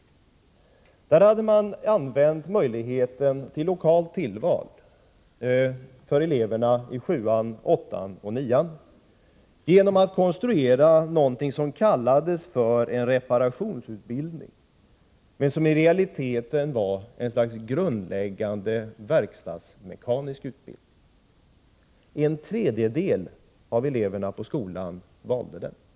Där hade man använt möjligheten till lokalt tillval för eleverna i sjuan, åttan och nian genom att konstruera något som kallades en reparationsutbildning men som i realiteten var ett slags grundläggande verkstadsmekanisk utbildning. En tredjedel av eleverna på skolan gjorde detta tillval.